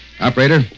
Operator